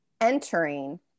Entering